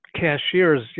cashiers